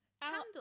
candle